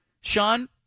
Sean